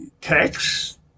text